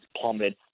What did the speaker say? plummeted